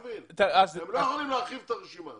הם לא יכולים להרחיב את הרשימה.